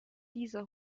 dieser